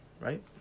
right